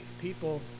people